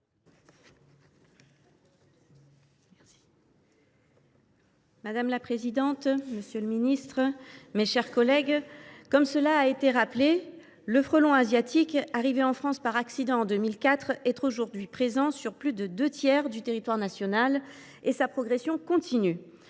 Madame la présidente, monsieur le secrétaire d’État, mes chers collègues, comme cela a été rappelé, le frelon asiatique, arrivé en France par accident en 2004, est désormais présent sur plus des deux tiers du territoire national et continue